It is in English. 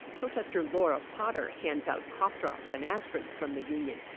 protester laura potter hands out cough drops and aspirin from the union.